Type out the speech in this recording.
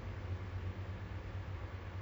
so right now you still cari kerja lah